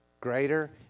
Greater